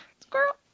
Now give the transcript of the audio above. squirrel